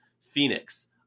Phoenix